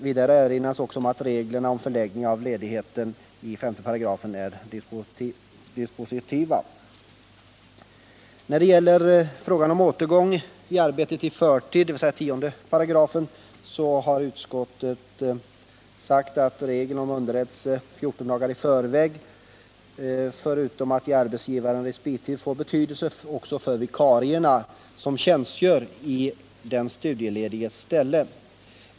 Vidare erinrades om att reglerna om förläggning av ledigheten i 5 § är dispositiva. I fråga om återgång till arbetet i förtid, dvs. 10 §, sade utskottet att regeln om underrättelse 14 dagar i förväg förutom att arbetsgivaren ges respittid får betydelse också för de vikarier som tjänstgör i den studielediges ställe.